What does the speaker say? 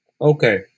Okay